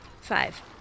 Five